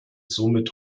somit